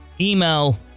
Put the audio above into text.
Email